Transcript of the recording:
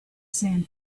sand